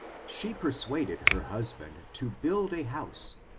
she persuaded her husband to build a house,